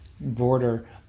border